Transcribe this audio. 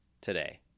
Today